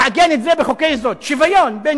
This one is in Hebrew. לעגן את זה בחוקי-יסוד: שוויון בין